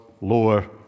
lower